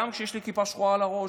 הגם שיש לי כיפה שחורה על הראש.